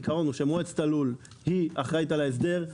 העיקרון הוא שמועצת הלול היא אחראית על ההסדר,